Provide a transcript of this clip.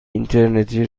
اینترنتی